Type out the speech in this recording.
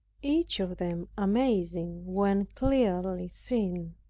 each of them amazing when clearly seen!